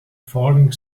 falling